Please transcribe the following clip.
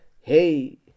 Hey